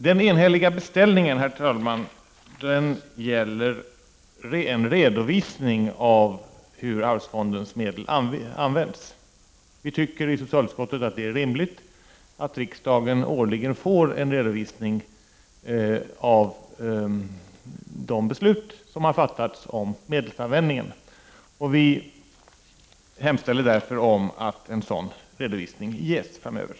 Den enhälliga beställningen, herr talman, gäller en redovisning av hur arvsfondens medel används. Vi tycker i socialutskottet att det är rimligt att riksdagen årligen får en redovisning av de beslut som har fattats om medelsanvändningen. Vi hemställer därför om att en sådan redovisning ges framöver.